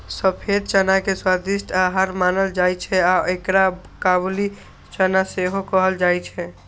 सफेद चना के स्वादिष्ट आहार मानल जाइ छै आ एकरा काबुली चना सेहो कहल जाइ छै